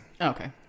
okay